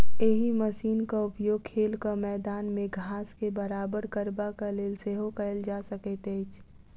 एहि मशीनक उपयोग खेलक मैदान मे घास के बराबर करबाक लेल सेहो कयल जा सकैत अछि